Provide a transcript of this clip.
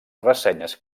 ressenyes